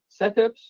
setups